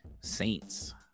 Saints